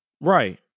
Right